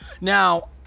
now